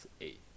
eight